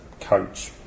coach